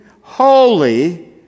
holy